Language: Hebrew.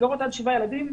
מסגרות עד שבעה ילדים,